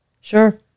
Sure